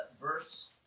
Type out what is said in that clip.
verse